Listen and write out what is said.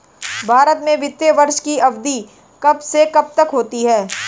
भारत में वित्तीय वर्ष की अवधि कब से कब तक होती है?